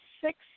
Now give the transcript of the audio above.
six